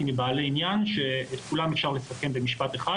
מבעלי עניין שאת כולן אפשר לסכם במשפט אחד: